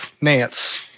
Nance